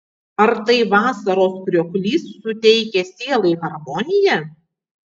ar tai vasaros krioklys suteikia sielai harmoniją